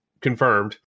confirmed